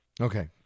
Okay